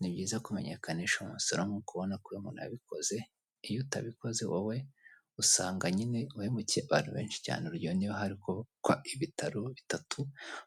Ni byiza kumenyekanisha uyu umusoro nk'uko ubona ko uyu umuntu yabikoze, iyo utabikoze wowe usanga nyine uhemukiye abantu benshi cyane, urugero niba hari kubakwa ibitaro bitatu,